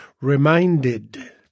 reminded